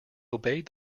obeyed